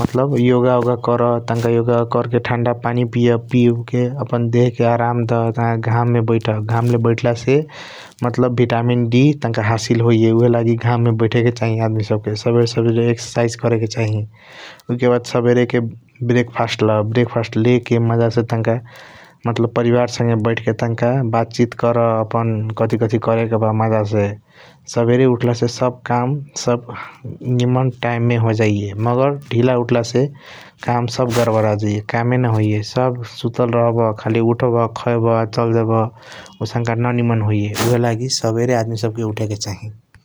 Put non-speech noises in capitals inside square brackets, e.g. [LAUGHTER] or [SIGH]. मतलब योग ओग करा तनक योग ओग कर ठंडा पनि पिया । पीके तनक देह के आराम दा तनका घाम मे बैठा घाम मे बैठाला से मतलब भीतमीन दी तनका हासिल होइया । उहएलागि घाम मे बैठे के चाही आदमी सब के सबेरे सबेरे एक्सर्साइज़ करे के चाही उके बाद सबेरे ब्रेक्फस्ट ला । ब्रेआकफस्ट ले के मज़ा से तनका मतलब परिवार संगे बैठ के तनका बात चीट कर अपन कथी कथी करे के बा मज़ा से । सबेरे उथला से सब काम सब [HESITATION] निमन टाइम मे होजाइया मगर ढीला उठालसे सब काम गरबरजाइया । कामे न होइया सब सुतल राहब खाली उठब खयाब चल जयबा आउसनक ननिमन होइया उहएलागि सबेरे आदमी सब के उठे के चाही ।